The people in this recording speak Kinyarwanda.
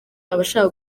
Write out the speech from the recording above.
abashaka